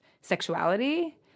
sexuality